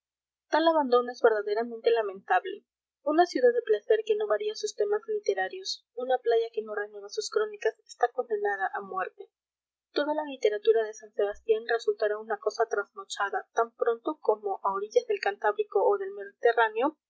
tal abandono es verdaderamente lamentable una ciudad de placer que no varía sus temas literarios una playa que no renueva sus crónicas está condenada a muerte toda la literatura de san sebastián resultará una cosa trasnochada tan pronto como a orillas del cantábrico o del mediterráneo